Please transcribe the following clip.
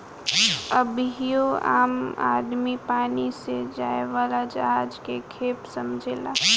अबहियो आम आदमी पानी से जाए वाला जहाज के खेप समझेलेन